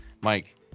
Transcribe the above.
Mike